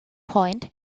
point